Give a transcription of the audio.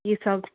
ये सोच